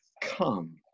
Come